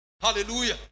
Hallelujah